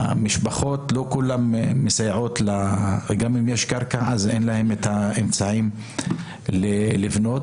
המשפחות לא עוזרות כי אין להם אמצעים לבנות,